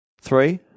Three